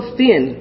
thin